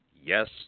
yes